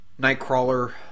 nightcrawler